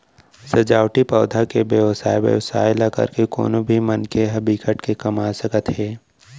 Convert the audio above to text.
सजावटी पउधा के बेवसाय बेवसाय ल करके कोनो भी मनखे ह बिकट के कमा सकत हे